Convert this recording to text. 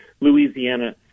Louisiana